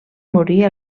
morir